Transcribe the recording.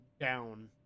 down